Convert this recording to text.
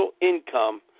income